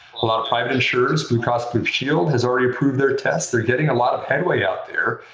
a lot of private insurers, blue cross blue shield, have already approved their tests. they're getting a lot of headway out there.